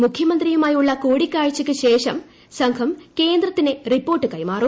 മുഖ്യമന്ത്രിയുമായുള്ള കൂടിക്കാഴ്ചയ്ക്കു ശേഷം സംഘം കേന്ദ്രത്തിന് റിപ്പോർട്ട് കൈമാറും